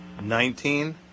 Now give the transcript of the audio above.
Nineteen